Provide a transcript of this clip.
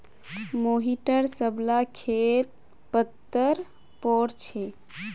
मोहिटर सब ला खेत पत्तर पोर छे